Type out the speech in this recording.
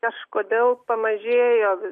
kažkodėl pamažėjo